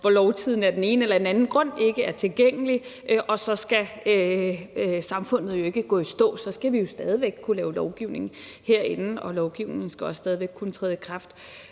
hvor Lovtidende af den ene eller anden grund ikke er tilgængelig, og så skal samfundet jo ikke gå i stå, så skal vi stadig væk kunne lave lovgivning herindefra, og lovgivning skal også stadig væk kunne træde i kraft.